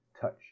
touch